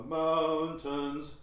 mountains